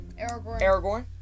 Aragorn